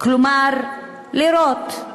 כלומר לירות,